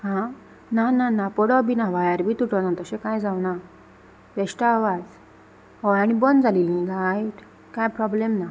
हा ना ना ना पड बी ना वायर बी तुटोना तशें कांय जावना बेश्टो आवाज होय आनी बंद जाली न्ही लायट कांय प्रॉब्लेम ना